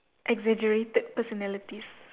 exaggerated personalities